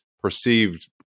perceived